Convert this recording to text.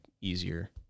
easier